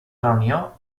reunió